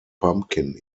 pumpkin